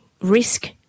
risk